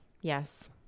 Yes